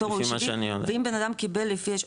התור הוא יישוב ואם בנאדם קיבל לפי,